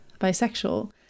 bisexual